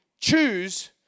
choose